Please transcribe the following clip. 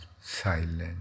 silent